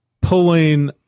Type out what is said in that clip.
pulling